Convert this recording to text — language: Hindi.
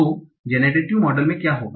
तो जेनरेटिव मॉडल में क्या होगा